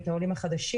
את העולים החדשים,